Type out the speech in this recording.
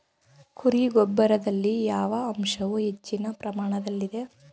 ಕುರಿ ಗೊಬ್ಬರದಲ್ಲಿ ಯಾವ ಅಂಶವು ಹೆಚ್ಚಿನ ಪ್ರಮಾಣದಲ್ಲಿದೆ?